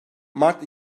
mart